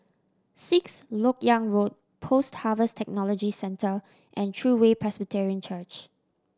Sixth Lok Yang Road Post Harvest Technology Centre and True Way Presbyterian Church